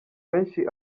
benshi